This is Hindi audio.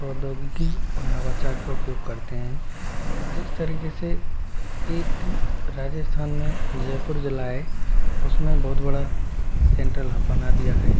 प्रौद्योगिकी और नवाचार का उपयोग करते हैं जिस तरीके से एक राजस्थान में जयपुर ज़िला है उसमें बहुत बड़ा सेंट्रल हब बना दिया है